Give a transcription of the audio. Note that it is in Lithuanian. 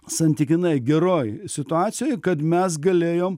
santykinai geroj situacijoj kad mes galėjom